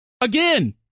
Again